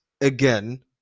again